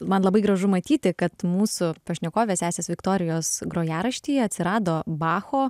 man labai gražu matyti kad mūsų pašnekovės sesės viktorijos grojaraštyje atsirado bacho